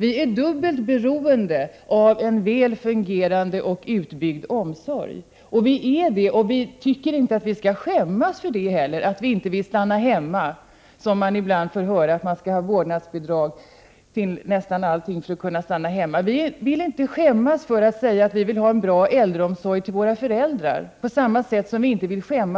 Vi är dubbelt beroende av en väl fungerande och utbyggd omsorg. Vi tycker inte heller att vi skall behöva skämmas för att vi inte vill stanna hemma. Man får ibland höra att man skall ha vårdnadsbidrag till nästan allting för att kunna stanna hemma. Vi vill inte skämmas för att säga att vi vill ha en bra äldreomsorg när det gäller våra